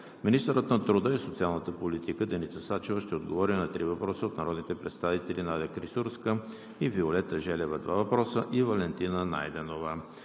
Министърът на труда и социалната политика Деница Сачева ще отговори на три въпроса от народните представители Надя Клисурска-Жекова и Виолета Желева (два въпроса); и Валентина Найденова.